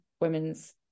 women's